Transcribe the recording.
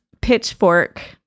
pitchfork